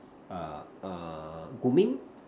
uh uh grooming